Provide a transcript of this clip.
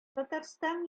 татарстан